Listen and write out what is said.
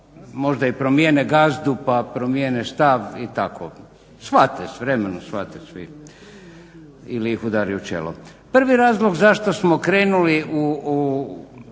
možda i promjene gazdu pa promijene stav i tako shvate s vremenom shvate svi ili ih udari u čelo. Prvi razlog zašto smo krenuli u